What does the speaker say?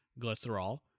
Glycerol